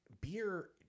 beer